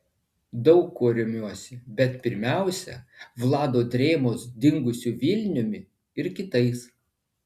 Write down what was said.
daug kuo remiuosi bet pirmiausia vlado drėmos dingusiu vilniumi ir kitais